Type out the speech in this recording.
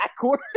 backcourt